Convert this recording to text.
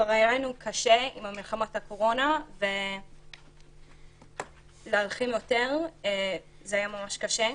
כבר היה לנו קשה עם המלחמה בקורונה ולהילחם יותר זה היה ממש קשה.